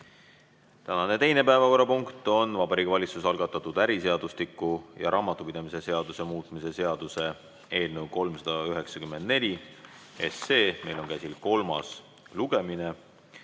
Tänane teine päevakorrapunkt on Vabariigi Valitsuse algatatud äriseadustiku ja raamatupidamise seaduse muutmise seaduse eelnõu 394 kolmas lugemine.